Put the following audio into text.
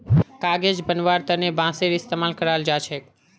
कागज बनव्वार तने बांसेर इस्तमाल कराल जा छेक